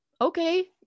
okay